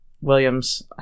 Williams